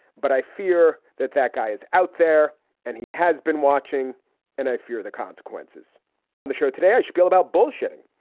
but i fear that that guy is out there and he has been watching and i fear the consequences on the show today, spiel about bullshitting.